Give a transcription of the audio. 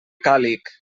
càlig